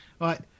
right